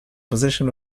position